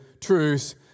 truths